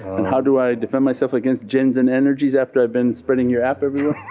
and how do i defend myself against jinns and energies after i've been spreading your app everywhere?